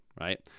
right